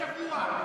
שבוע,